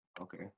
Okay